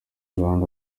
ruganda